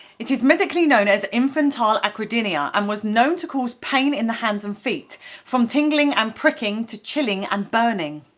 it is medically known as infantile acrodynia and was known to cause pain in the hands and feet from tingling and pricking to chilling and burning.